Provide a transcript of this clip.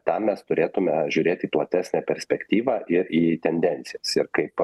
tam mes turėtume žiūrėti į platesnę perspektyvą ir į tendencijas ir kaip